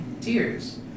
tears